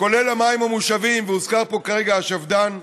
כולל המים המוּשבים, והוזכר פה כרגע השפד"ן,